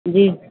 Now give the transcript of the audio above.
जी